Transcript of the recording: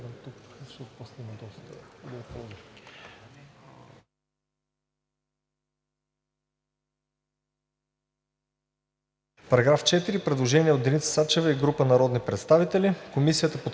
По § 4 има предложение от Деница Сачева и група народни представители. Комисията